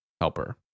helper